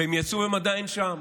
הם יצאו, והם עדיין שם.